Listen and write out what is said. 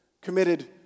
committed